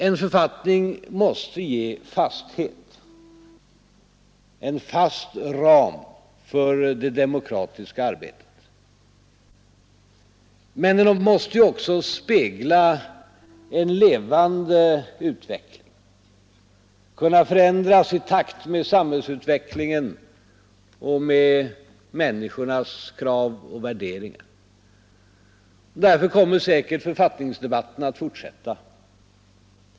En författning måste ge fasthet, en fast ram för det demokratiska arbetet. Men den måste ju också spegla en levande utveckling, kunna förändras i takt med samhällsutvecklingen och med människornas krav och värderingar. Därför kommer säkert författningsdebatten att fortsätta.